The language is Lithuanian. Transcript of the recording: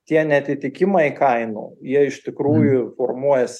tie neatitikimai kainų jie iš tikrųjų formuojas